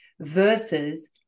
versus